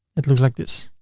it looks like this.